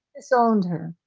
so onto her.